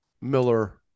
Miller